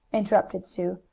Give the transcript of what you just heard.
interrupted sue,